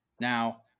Now